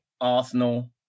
Arsenal